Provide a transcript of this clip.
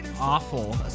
awful